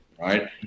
Right